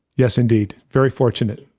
yes, indeed, very fortunate.